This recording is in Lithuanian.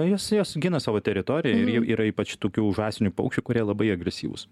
jos jos gina savo teritoriją yra ypač tokių žąsinių paukščių kurie labai agresyvūs